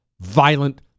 violent